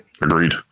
agreed